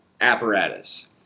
apparatus